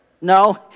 No